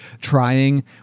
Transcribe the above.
trying